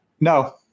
No